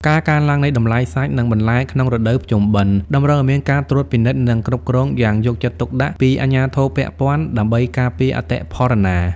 ការកើនឡើងនៃតម្លៃសាច់ និងបន្លែក្នុងរដូវភ្ជុំបិណ្ឌ តម្រូវឱ្យមានការត្រួតពិនិត្យ និងការគ្រប់គ្រងយ៉ាងយកចិត្តទុកដាក់ពីអាជ្ញាធរពាក់ព័ន្ធដើម្បីការពារអតិផរណា។